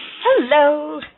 Hello